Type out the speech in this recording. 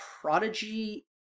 Prodigy